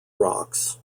rocks